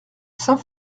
saint